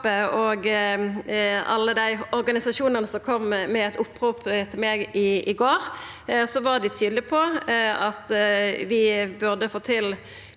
var alle dei organisasjonane som kom med eit opprop til meg i går, tydelege på at vi burde få til